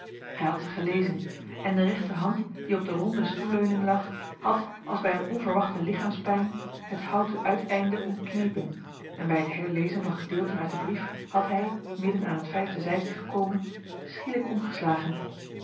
hij had ze gelezen en de rechterhand die op de ronde stoelleuning lag had als bij een onverwachte lichaamspijn het houten uiteinde omknepen en bij het herlezen van gedeelten uit den brief had hij midden aan het vijfde zijdje gekomen schielijk omgeslagen